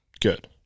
good